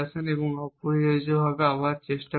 এবং অপরিহার্যভাবে আবার চেষ্টা করুন